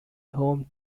home